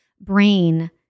brain